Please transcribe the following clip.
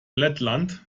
lettland